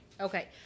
Okay